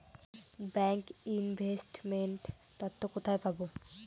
Bank investment তথ্য কোথায় পাব?